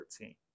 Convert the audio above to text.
13